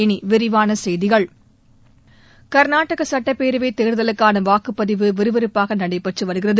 இனி விரிவான செய்திகள் கள்நாடக சட்டப்பேரவைத் தேர்தலுக்கான வாக்குப்பதிவு விறுவிறுப்பாக நடைபெற்று வருகிறது